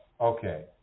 Okay